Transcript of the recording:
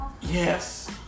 Yes